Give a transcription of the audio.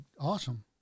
awesome